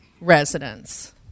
residents